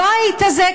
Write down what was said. הבית הזה,